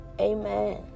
amen